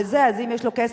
אז אם יש לו כסף,